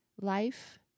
life